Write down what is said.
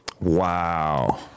Wow